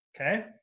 okay